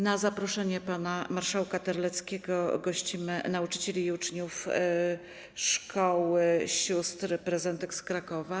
Na zaproszenie pana marszałka Terleckiego gościmy nauczycieli i uczniów Szkoły Sióstr Prezentek z Krakowa.